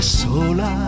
sola